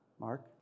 Mark